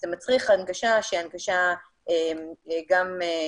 אלא זה מצריך הנגשה גם תרבותית,